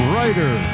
Writer